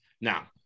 Now